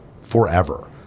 forever